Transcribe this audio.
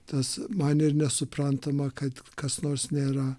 tas man ir nesuprantama kad kas nors nėra